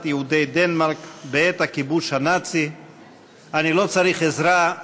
יהודי דנמרק בעת הכיבוש הנאצי אני לא צריך עזרה,